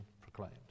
proclaimed